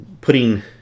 putting